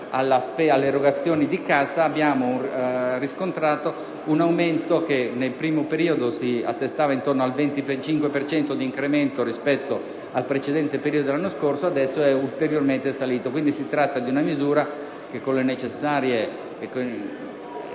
all'erogazione di cassa abbiamo riscontrato un aumento che nel primo periodo si attestava intorno al 25 per cento di incremento rispetto al precedente periodo dell'anno scorso, e adesso è ulteriormente salito. Si tratta quindi di una misura che, pur necessitando